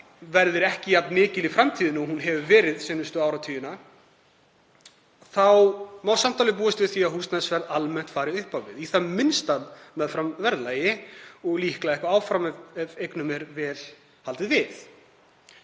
verði ekki jafn mikil í framtíðinni og hún hefur verið síðustu áratugina þá má samt búast við því að húsnæðisverð fari almennt upp á við, í það minnsta meðfram verðlagi og líklega eitthvað áfram ef eignum er vel haldið við.